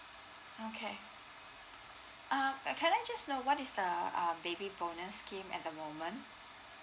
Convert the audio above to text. okay um can I just know what is the err baby bonus scheme at the moment